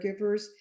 caregivers